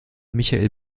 michael